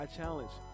challenge